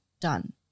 done